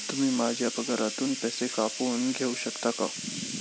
तुम्ही माझ्या पगारातून पैसे कापून घेऊ शकता का?